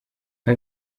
nka